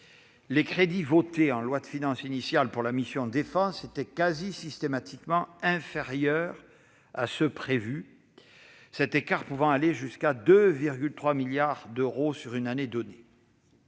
les crédits votés en loi de finances initiale dans le cadre de la mission « Défense » étaient quasi systématiquement inférieurs à ceux qui étaient prévus, cet écart pouvant aller jusqu'à 2,3 milliards d'euros pour une année donnée.